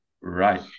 right